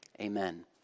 amen